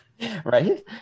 right